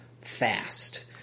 fast